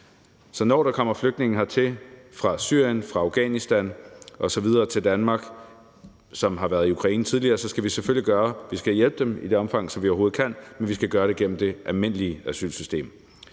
Så når der kommer flygtninge her til Danmark fra Syrien, fra Afghanistan osv., som har været i Ukraine tidligere, skal vi selvfølgelig hjælpe dem i det omfang, vi overhovedet kan, men vi skal gøre det gennem det almindelige asylsystem.